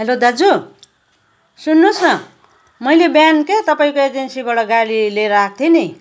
hello दाजु सुन्नुहोस् न मैले बिहान क्या तपाईँको एजेन्सीबाट गाडी लिएर आएको थिएँ नि